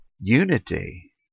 unity